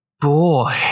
boy